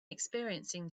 experiencing